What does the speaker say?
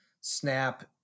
snap